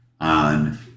on